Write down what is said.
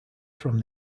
from